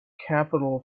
capital